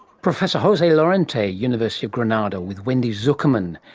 professor jose lorente, university of granada, with wendy zukerman.